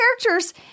characters